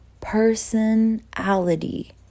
personality